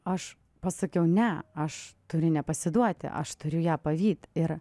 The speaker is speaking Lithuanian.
aš pasakiau ne aš turiu nepasiduoti aš turiu ją pavyti ir